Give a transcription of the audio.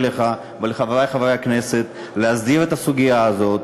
אני פונה אליך ואל חברי חברי הכנסת להסדיר את הסוגיה הזאת